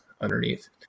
underneath